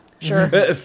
Sure